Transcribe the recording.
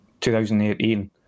2018